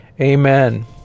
amen